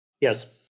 yes